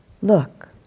Look